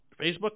Facebook